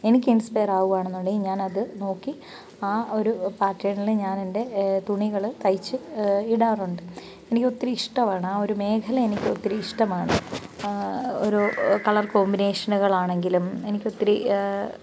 എനിക്ക് ഇൻസ്പയർ ആകുകയാണെന്നുണ്ടെങ്കിൽ ഞാനത് നോക്കി ആ ഒരു പാറ്റേണിൽ ഞാനെൻ്റെ തുണികൾ തയ്ച്ച് ഇടാറുണ്ട് എനിക്ക് ഒത്തിരി ഇഷ്ടമാണ് ആ ഒരു മേഖലയെനിക്ക് ഒത്തിരി ഇഷ്ടമാണ് ഒരു കളർ കോമ്പിനേഷനുകളാണെങ്കിലും എനിക്കൊത്തിരി